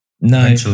No